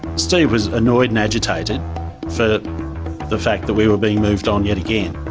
steve was annoyed and agitated for the fact that we were being moved on yet again,